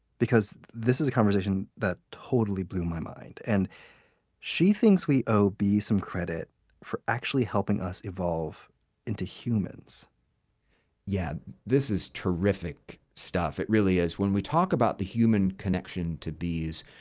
because this is a conversation that totally blew my mind. and she thinks we owe bees some credit for helping us evolve into humans yeah this is terrific stuff it really is. when we talk about the human connection to bees,